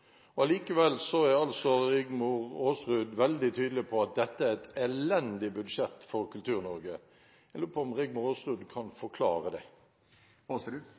kultur. Allikevel er Rigmor Aasrud veldig tydelig på at dette er et elendig budsjett for Kultur-Norge. Jeg lurer på om Rigmor Aasrud kan forklare det.